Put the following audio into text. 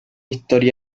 historia